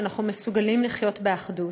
שאנחנו מסוגלים לחיות באחדות.